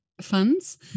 funds